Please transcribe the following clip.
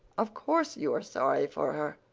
of course, you are sorry for her,